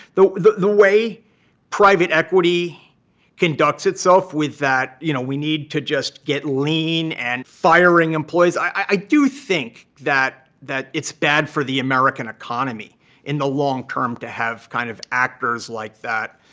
the the way private equity conducts itself with that, you know we need to just get lean and firing employees, i do think that that it's bad for the american economy in the long term to have kind of actors like that,